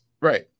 Right